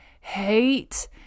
hate